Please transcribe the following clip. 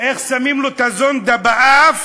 איך שמים לו את הזונדה באף